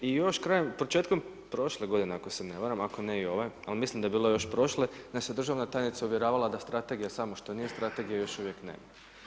I još krajem, početkom prošle g. ako se ne varam, ako ne i ove, ali mislim da je bilo prošle, da nas je državna tajnica uvjeravala da strategija samo što nije strategija još uvijek nema.